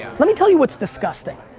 let me tell you what's disgusting.